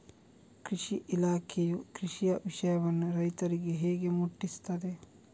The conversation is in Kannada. ಕೃಷಿ ಇಲಾಖೆಯು ಕೃಷಿಯ ವಿಷಯವನ್ನು ರೈತರಿಗೆ ಹೇಗೆ ಮುಟ್ಟಿಸ್ತದೆ?